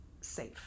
safe